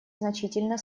значительно